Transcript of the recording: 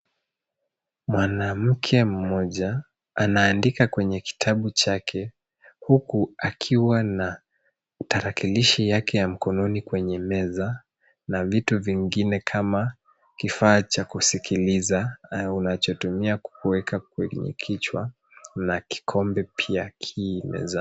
Mwanamke mmoja anaandika kwenye kitabu chake, huku akiwa na tarakilshi yake ya mkononi kwenye meza, na vitu vingine kama kifaa cha kusikiliza au unachotumia kueka kwenye kichwa, na kikombe pia ki mezani.